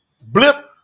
blip